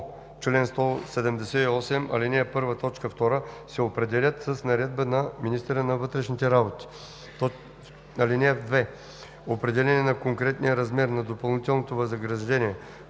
чл. 178, ал. 1, т. 2 се определят с наредба на министъра на вътрешните работи. (2) Определянето на конкретния размер на допълнителното възнаграждение